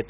Hunar Haat